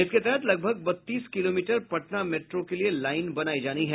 इसके तहत लगभग बत्तीस किलोमीटर पटना मेट्रो के लिए लाईन बनायी जानी है